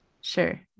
Sure